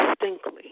distinctly